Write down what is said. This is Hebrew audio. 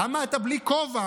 למה אתה בלי כובע?